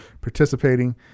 participating